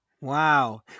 Wow